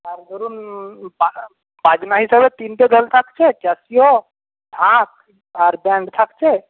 আর ধরুন বাজনা হিসেবে তিনটে দল থাকছে ক্যাসিও ঢাক আর ব্যান্ড থাকছে